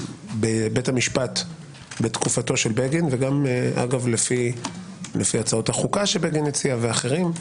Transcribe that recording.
בבית המשפט בתקופתו של בגין וגם לפי הצעות החוקה שבגין הציע ואחרים,